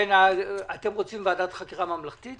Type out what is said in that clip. רוצים ועדת חקירה ממלכתית?